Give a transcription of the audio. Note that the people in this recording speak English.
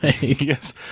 Yes